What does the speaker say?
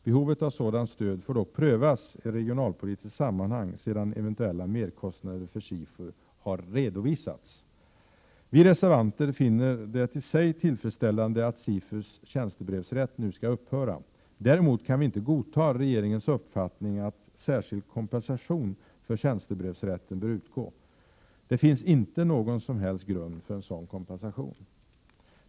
Behovet av sådant stöd får dock prövas i regionalpolitiskt sammanhang sedan eventuella merkostnader för SIFU har redovisats. Vi reservanter finner det i sig tillfredsställande att SIFU:s tjänstebrevsrätt nu skall upphöra. Däremot kan vi inte godta regeringens uppfattning att särskild kompensation för tjänstebrevsrätten bör utgå. Det finns inte någon Prot. 1987/88:115 «som helst grund för sådan kompensation.